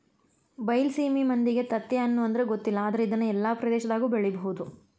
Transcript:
ಬೈಲಸೇಮಿ ಮಂದಿಗೆ ತತ್ತಿಹಣ್ಣು ಅಂದ್ರ ಗೊತ್ತಿಲ್ಲ ಆದ್ರ ಇದ್ನಾ ಎಲ್ಲಾ ಪ್ರದೇಶದಾಗು ಬೆಳಿಬಹುದ